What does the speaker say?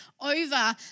over